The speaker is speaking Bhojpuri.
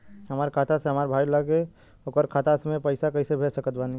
हमार खाता से हमार भाई लगे ओकर खाता मे पईसा कईसे भेज सकत बानी?